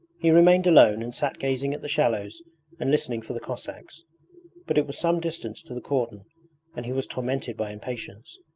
he remained alone and sat gazing at the shallows and listening for the cossacks but it was some distance to the cordon and he was tormented by impatience.